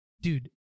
dude